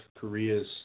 Korea's